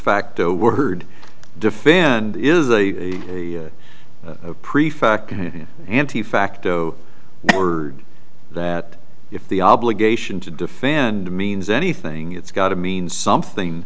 facto word defend is the prefect anti facto word that if the obligation to defend means anything it's got to mean something